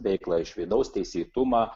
veiklą iš vidaus teisėtumą